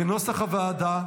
כנוסח הוועדה.